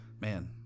Man